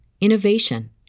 innovation